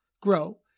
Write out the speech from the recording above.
grow